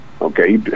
Okay